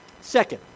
Second